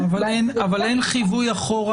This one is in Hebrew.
אבל אין חיווי אחורה,